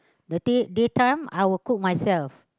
the day daytime I will cook myself